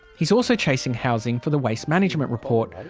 he's also chasing housing for the waste management report,